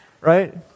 Right